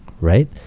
right